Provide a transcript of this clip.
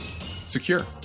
secure